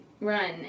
run